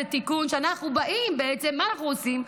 זה תיקון שאנחנו באים ומה אנחנו עושים?